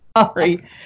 Sorry